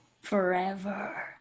Forever